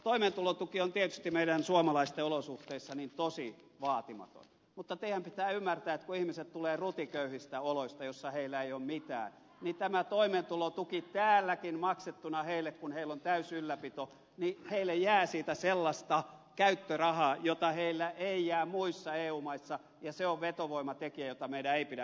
toimeentulotuki on tietysti meidän suomalaisten olosuhteissa tosi vaatimaton mutta teidän pitää ymmärtää että kun ihmiset tulevat rutiköyhistä oloista joissa heillä ei ole mitään niin tästä toimeentulotuesta täälläkin maksettuna kun heillä on täysi ylläpito jää heille sellaista käyttörahaa jota heille ei jää muissa eu maissa ja se on vetovoimatekijä jota meidän ei pidä ylläpitää